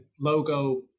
logo